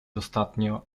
dostatnio